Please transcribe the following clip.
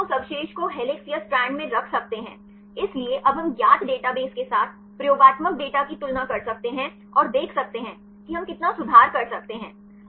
फिर हम उस अवशेष को हेलिक्स या स्ट्रैंड में रख सकते हैं इसलिए अब हम ज्ञात डेटाबेस के साथ प्रयोगात्मक डेटा की तुलना कर सकते हैं और देख सकते हैं हम कितना सुधार कर सकते हैं